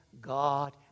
God